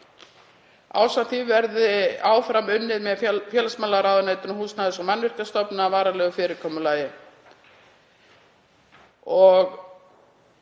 Ásamt því verði áfram unnið með félagsmálaráðuneytinu og Húsnæðis- og mannvirkjastofnun að varanlegu fyrirkomulagi.